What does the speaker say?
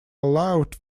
allowed